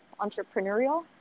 entrepreneurial